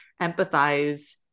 empathize